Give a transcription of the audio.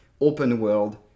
open-world